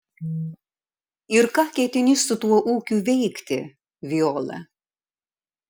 ir ką ketini su tuo ūkiu veikti viola